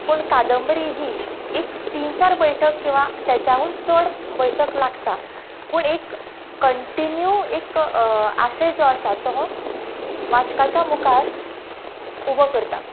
पूण कादंबरी ही एक तीन चार बैठक किंवां तेच्याऊन चड बैठक लागता पूण एक कंटिन्यू एक आशय जो आसा तो वाचकाच्या मुखार उबो करता